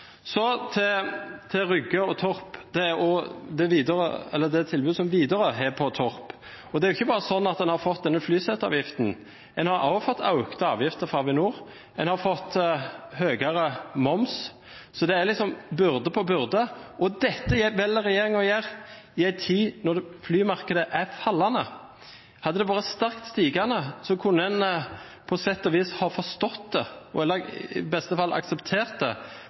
Så til Rygge og Torp og det tilbudet som Widerøe har på Torp. Det er ikke bare sånn at en har fått denne flyseteavgiften. En har også fått økte avgifter fra Avinor, og en har fått høyere moms. Det blir byrde på byrde, og dette velger regjeringen å gjøre i en tid hvor flymarkedet er fallende. Hadde det vært sterkt stigende kunne en på sett og vis forstått det og i beste fall akseptert det,